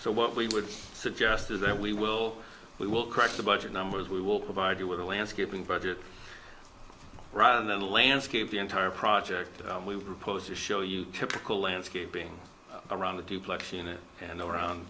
so what we would suggest is that we will we will crack the budget numbers we will provide you with a landscaping budget rather than landscape the entire project we proposed to show you typical landscaping around the duplex unit and around